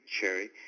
Cherry